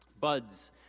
Buds